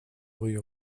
rue